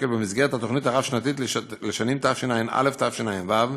במסגרת התוכנית הרב-שנתית לשנים תשע"א תשע"ו.